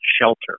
shelter